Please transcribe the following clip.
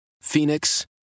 Phoenix